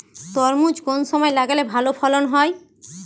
তরমুজ কোন সময় লাগালে ভালো ফলন হয়?